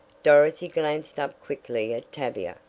dorothy glanced up quickly at tavia.